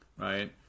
right